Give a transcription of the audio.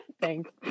Thanks